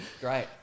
Great